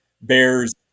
bears